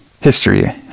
history